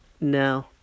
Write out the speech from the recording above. no